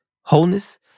wholeness